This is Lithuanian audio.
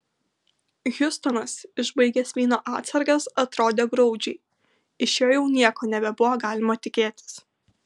hiustonas išbaigęs vyno atsargas atrodė graudžiai iš jo jau nieko nebebuvo galima tikėtis